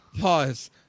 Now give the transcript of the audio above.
Pause